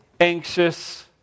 Anxious